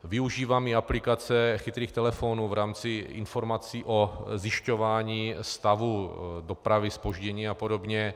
Využívám i aplikace chytrých telefonů v rámci informací o zjišťování stavu dopravy, zpoždění apod.